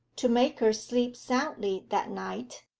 to make her sleep soundly that night?